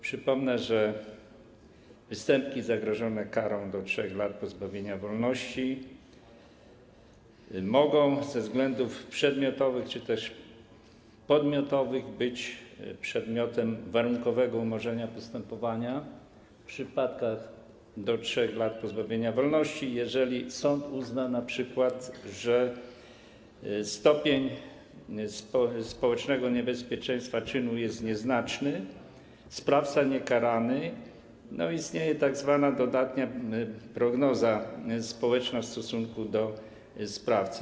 Przypomnę, że występki zagrożone karą do 3 lat pozbawienia wolności mogą ze względów przedmiotowych czy też podmiotowych być przedmiotem warunkowego umorzenia postępowania - w przypadku kary do 3 lat pozbawienia wolności - np. jeżeli sąd uzna, że stopień społecznego niebezpieczeństwa czynu jest nieznaczny, sprawca jest niekarany, istnieje tzw. dodatnia prognoza społeczna w stosunku do sprawcy.